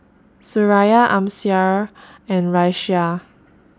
Suraya Amsyar and Raisya